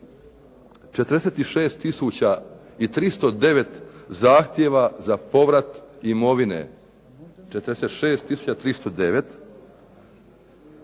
i 309 zahtjeva za povrat imovine, 46